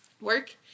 Work